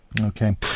Okay